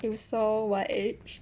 if so what age